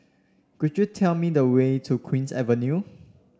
could you tell me the way to Queen's Avenue